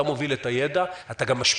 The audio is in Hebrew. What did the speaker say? אתה מוביל את הידע, אתה גם משפיע